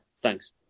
thanks